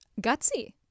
Gutsy